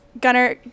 Gunner